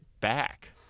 back